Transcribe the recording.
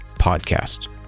Podcast